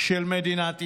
של מדינת ישראל.